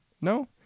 No